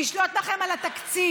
נשלוט בכם בתקציב,